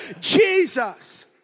Jesus